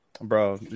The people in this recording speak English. Bro